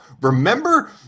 remember